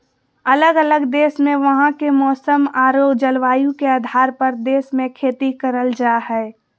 अलग अलग देश मे वहां के मौसम आरो जलवायु के आधार पर देश मे खेती करल जा हय